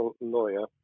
lawyer